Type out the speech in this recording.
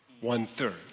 One-third